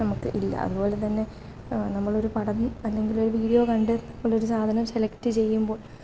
നമുക്ക് ഇല്ല അതുപോലെ തന്നെ നമ്മളൊരു പടം അല്ലെങ്കിലൊരു വീഡിയോ കണ്ട് അതുപോലൊരു സാധനം സെലക്ട് ചെയ്യുമ്പോൾ